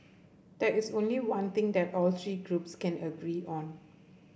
there is only one thing that all three groups can agree on